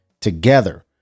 together